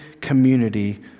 community